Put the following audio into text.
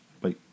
Bye